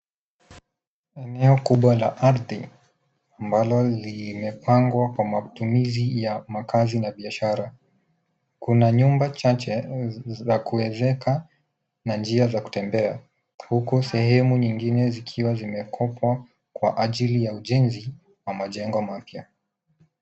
Eneo kubwa la ardhi ambalo limepangwa kwa matumizi ya makaazi na biashara. Kuna nyumba chache za kuezeka na njia za kutembea huku sehemu nyingine zikiwa zimekopwa kwa ajili ya ujenzi wa majengo mapya.